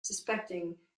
suspecting